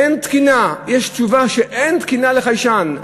אין תקינה, יש תשובה שאין תקינה לחיישן.